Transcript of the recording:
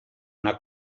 una